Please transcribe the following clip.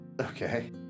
Okay